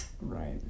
Right